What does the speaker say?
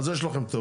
אז יש לכם טעות.